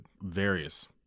various